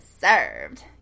served